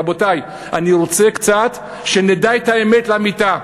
רבותי, אני רוצה שנדע, קצת, את האמת לאמיתה: